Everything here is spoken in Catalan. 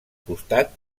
costat